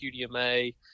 QDMA